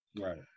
Right